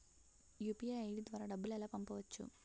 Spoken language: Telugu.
యు.పి.ఐ ఐ.డి ద్వారా డబ్బులు ఎలా పంపవచ్చు?